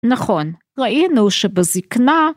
נכון, ראינו שבזקנה...